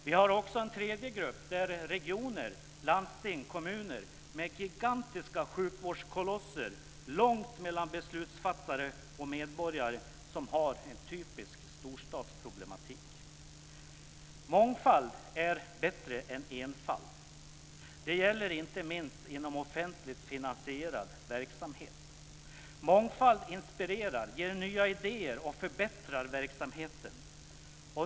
Vi har också en tredje grupp, bestående av regioner, landsting och kommuner med gigantiska sjukvårdskolosser, där det är långt mellan beslutsfattare och medborgare och där man har en typisk storstadsproblematik. Mångfald är bättre än enfald. Det gäller inte minst inom offentligt finansierad verksamhet. Mångfald inspirerar, ger nya idéer och förbättrar verksamheten.